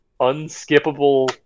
unskippable